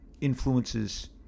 influences